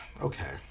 okay